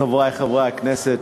חברי חברי הכנסת,